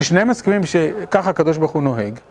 כשניהם מסכימים שככה הקדוש ברוך הוא נוהג